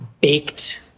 baked